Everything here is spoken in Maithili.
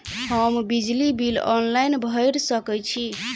हम बिजली बिल ऑनलाइन भैर सकै छी?